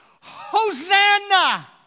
Hosanna